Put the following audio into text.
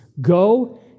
go